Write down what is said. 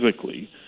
physically